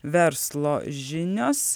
verslo žinios